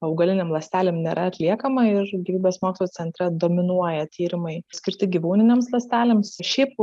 augaliniam ląstelėms nėra atliekama ir gyvybės mokslų centre dominuoja tyrimai skirti gyvūninėms ląstelėms šiaip